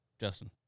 justin